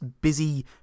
busy